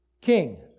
king